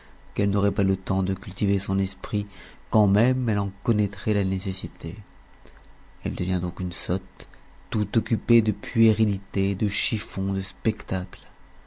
qu'elle n'aurait pas le tems de cultiver son esprit quand même elle en connaîtrait la nécessité elle devient donc une sotte tout occupée de puérilités de chiffons de spectacles